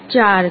4 છે